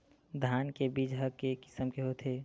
धान के बीजा ह के किसम के होथे?